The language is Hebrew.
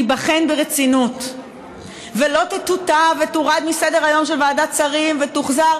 תיבחן ברצינות ולא תטואטא ותורד מסדר-היום של ועדת שרים ותוחזר.